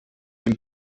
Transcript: dem